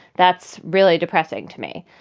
that's really depressing to me.